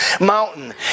mountain